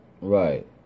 Right